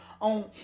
on